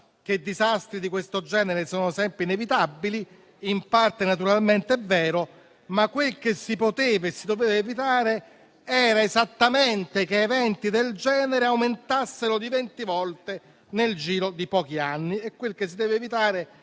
che disastri di questo genere sono sempre inevitabili; in parte naturalmente è vero, ma quel che si poteva e si doveva evitare era esattamente che eventi del genere aumentassero di venti volte nel giro di pochi anni. Quel che si deve evitare